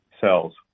cells